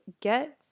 Get